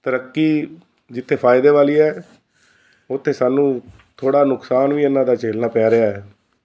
ਤਰੱਕੀ ਜਿੱਥੇ ਫਾਇਦੇ ਵਾਲੀ ਹੈ ਉੱਥੇ ਸਾਨੂੰ ਥੋੜ੍ਹਾ ਨੁਕਸਾਨ ਵੀ ਇਹਨਾਂ ਦਾ ਝੇਲਣਾ ਪੈ ਰਿਹਾ